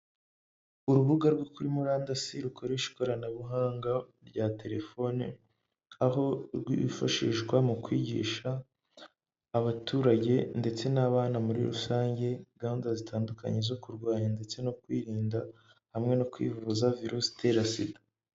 Urubuga rwo kuri murandasi rukoresha ikoranabuhanga rya telefoni, aho rwifashishwa mu kwigisha abaturage ndetse n'abana muri rusange, gahundada zitandukanye zo kurwanya ndetse no kwirinda hamwe no kwivuza virusi itera SIDA.